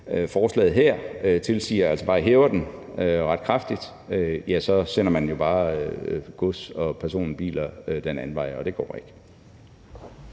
forslaget her tilsiger, altså bare hæver den ret kraftigt, ja, så sender man jo bare gods- og personbiler den anden vej, og det går ikke.